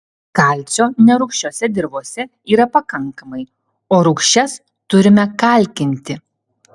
kalcio nerūgščiose dirvose yra pakankamai o rūgščias turime kalkinti